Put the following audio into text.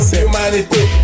humanity